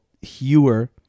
Hewer